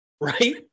Right